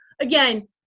Again